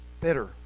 Bitter